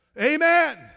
Amen